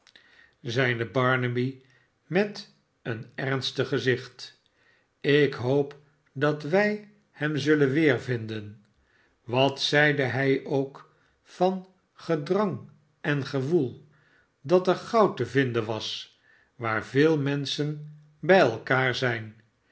zeide barnaby met een ernstig gezicht ik hoop dat wij hem zullen weervinden wat zeide hij ook van gedrang en gewoel dat er goud te vinden was waar veel menschen bij elkaar zijn